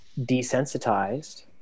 desensitized